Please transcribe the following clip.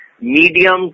medium